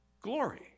Glory